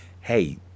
hey